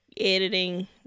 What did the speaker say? editing